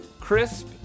crisp